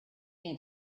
going